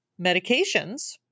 medications